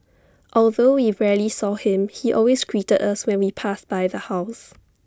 although we rarely saw him he always greeted us when we passed by the house